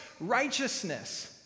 righteousness